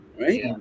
right